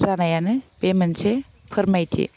जानायानो बे मोनसे फोरमायथि